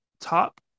top